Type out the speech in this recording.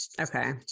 Okay